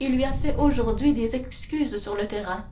il lui a fait aujourd'hui des excuses sur le terrain